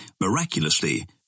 miraculously